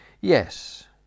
Yes